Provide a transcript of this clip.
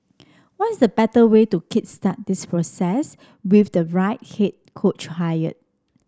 what is the better way to kick start this process with the right head coach hire